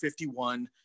51